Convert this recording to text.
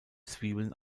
zwiebeln